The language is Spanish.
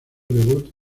debut